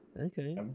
Okay